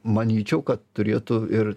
manyčiau kad turėtų ir